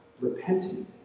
repenting